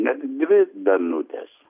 net dvi danutės